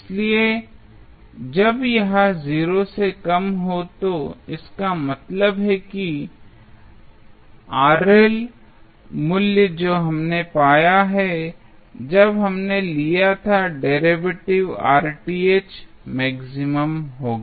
इसलिए जब यह 0 से कम हो तो इसका मतलब है कि मूल्य जो हमने पाया है जब हमने लिया था डेरिवेटिव मैक्सिमम होगा